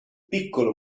piccolo